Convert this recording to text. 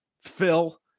Phil